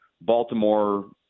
Baltimore